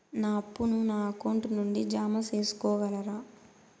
నా అప్పును నా అకౌంట్ నుండి జామ సేసుకోగలరా?